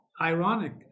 ironic